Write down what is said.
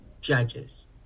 judges